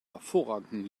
hervorragenden